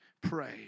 pray